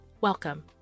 Welcome